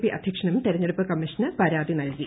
P അധ്യക്ഷനും തെരഞ്ഞെടുപ്പ് കമ്മീഷന് പരാതി നൽകി